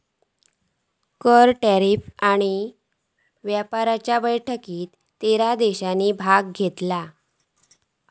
कर, टॅरीफ आणि व्यापाराच्या बैठकीत तेरा देशांनी भाग घेतलो